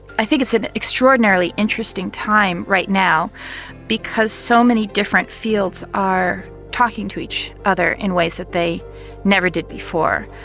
i think it's an extraordinarily interesting time right now because so many different fields are talking to each other in ways that they never did before.